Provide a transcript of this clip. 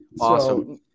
Awesome